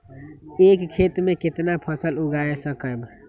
एक खेत मे केतना फसल उगाय सकबै?